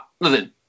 listen –